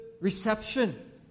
reception